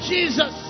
Jesus